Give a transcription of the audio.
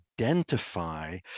identify